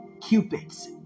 cupids